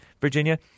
Virginia